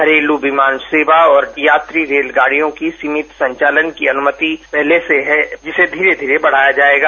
घरेल विमान सेवा और यात्री रेलगाडियों के सीभित संचालन की अनुमति पहले से है जिसे धीरे धीरे बढाया जाएगा